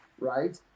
right